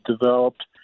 developed